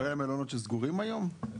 כולל מלונות שסגורים היום?